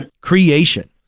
Creation